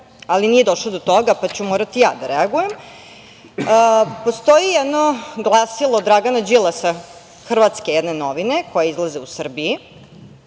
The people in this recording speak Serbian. ali nije došlo do toga, pa ću morati ja da reagujem. Postoji jedno glasilo Dragana Đilasa, hrvatske jedne novine, koje izlaze u Srbiji,